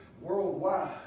worldwide